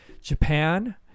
Japan